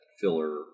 filler